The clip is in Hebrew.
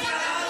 מאולם